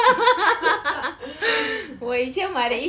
act~